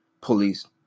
Police